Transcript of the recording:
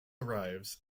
arrives